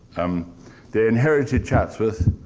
um they inherited chatsworth,